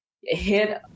hit